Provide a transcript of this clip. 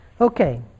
Okay